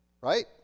right